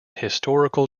historical